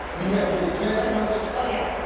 you have any text messages? oh yeah.